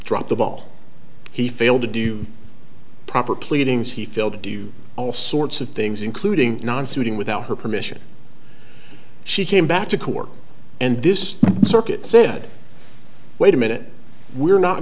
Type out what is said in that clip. dropped the ball he failed to do proper pleadings he failed to do all sorts of things including nonsmoking without her permission she came back to court and this circuit said wait a minute we're not